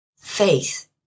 Faith